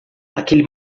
aquele